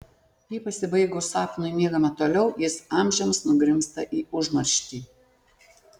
jei pasibaigus sapnui miegame toliau jis amžiams nugrimzta į užmarštį